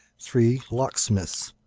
three locksmiths.